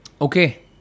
Okay